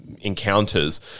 encounters